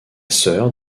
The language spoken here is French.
sœur